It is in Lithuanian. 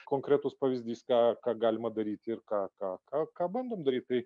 konkretus pavyzdys ką ką galima daryti ir ką ką ką ką bandom daryti tai